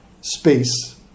space